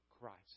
Christ